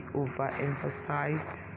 overemphasized